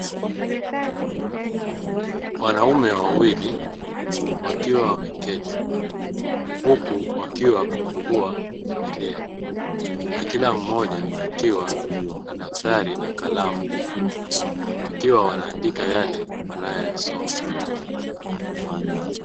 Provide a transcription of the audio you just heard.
Wanaume wawili wakiwa wameketi, huku wakiwa wamefungua biblia na kila mmoja akiwa na daftari na kalamu wakiwa wanaandika yale wanayoyasoma.